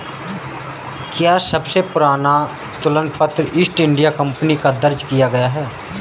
क्या सबसे पुराना तुलन पत्र ईस्ट इंडिया कंपनी का दर्ज किया गया है?